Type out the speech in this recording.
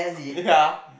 ya